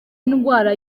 indwara